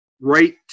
right